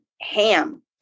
ham